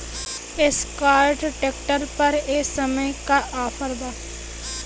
Escort tractor पर ए समय का ऑफ़र बा?